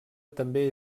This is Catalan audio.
també